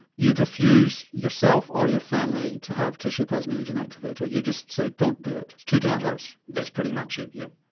you'd refuse yourself or your family to have tissue plasminogen activator, you'd just say don't do it, it's too dangerous? that's pretty much it, yes.